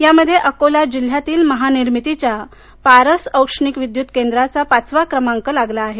त्यामध्ये अकोला जिल्ह्यातील महानिर्मितीच्या पारस औष्णिक विद्युत केंद्राचा पाचवा क्रमांक लागला आहे